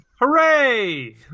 Hooray